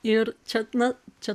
ir čia na čia